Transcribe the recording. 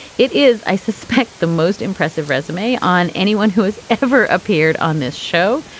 it is i suspect the most impressive resume on anyone who has ever appeared on this show.